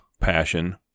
PASSION